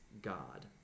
God